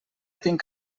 tinc